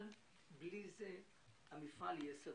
בלי זה המפעל יהיה סגור.